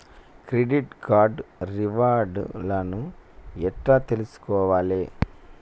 Credit card reward లను ఎట్ల తెలుసుకోవాలే?